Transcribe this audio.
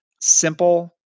simple